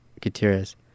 Gutierrez